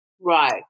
right